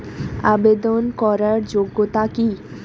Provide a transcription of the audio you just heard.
আবেদন করার যোগ্যতা কি?